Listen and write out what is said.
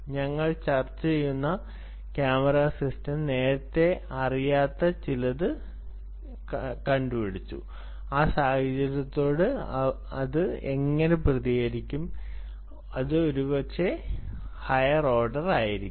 ഞങ്ങൾ ചർച്ച ചെയ്യുന്ന ക്യാമറ സിസ്റ്റം നേരത്തെ അറിയാത്ത ചിലത് പിടിച്ചു ആ സാഹചര്യത്തോട് അത് എങ്ങനെ പ്രതികരിക്കും അത് ഒരുപക്ഷേ ഹയർ ഓർഡർ ആയിരിക്കും